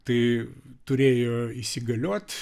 tai turėjo įsigaliot